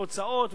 והוצאות,